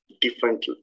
different